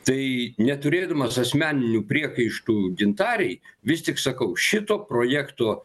tai neturėdamas asmeninių priekaištų gintarei vis tik sakau šito projekto